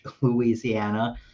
Louisiana